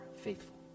faithful